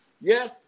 Yes